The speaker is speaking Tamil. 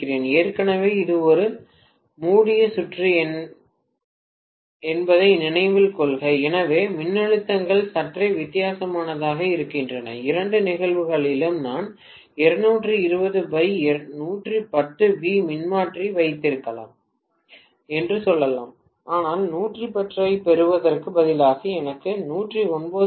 ஏற்கனவே இது ஒரு மூடிய சுற்று என்பதை நினைவில் கொள்க எனவே மின்னழுத்தங்கள் சற்றே வித்தியாசமாக இருக்கின்றன இரண்டு நிகழ்வுகளிலும் நான் 220110 வி மின்மாற்றி வைத்திருக்கலாம் என்று சொல்லலாம் ஆனால் 110 ஐப் பெறுவதற்கு பதிலாக எனக்கு 109